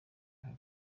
ako